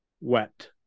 wet